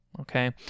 okay